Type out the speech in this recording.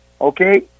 Okay